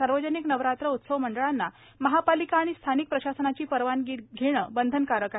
सार्वजनिक नवरात्र उत्सव मंडळांना महापालिका आणि स्थानिक प्रशासनाची परवानगी घेणं आवश्यक आहे